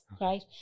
right